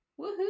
Woohoo